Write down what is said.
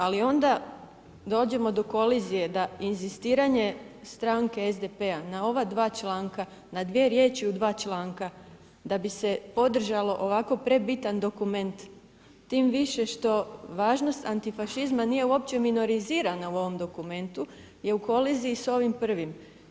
Ali onda dođemo do kolizije da inzistiranje stranke SDP-a na ova dva članka, na dvije riječi u dva članka da bi se podržalo ovako prebitan dokument, tim više što važnost antifašizma nije uopće minorizirana u ovom dokumentu je u koliziji sa ovim prvom.